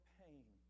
pain